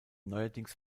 neuerdings